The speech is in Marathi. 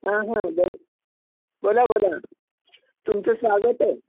हां हां बोल बोला बोला तुमचं स्वागत आहे